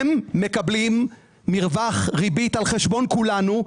הם מקבלים מרווח ריבית על חשבון כולנו,